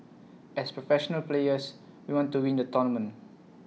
as professional players we want to win the tournament